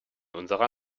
unserer